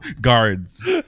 Guards